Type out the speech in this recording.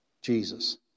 Jesus